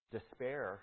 Despair